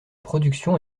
production